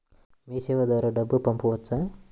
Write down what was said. మీసేవ ద్వారా డబ్బు పంపవచ్చా?